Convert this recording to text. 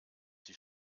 die